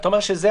אתה אומר שזו